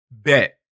Bet